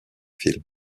film